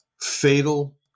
fatal